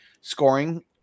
scoring